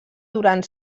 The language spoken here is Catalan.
durant